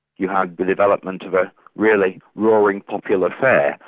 you had the development of a really roaring popular fair,